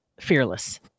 fearless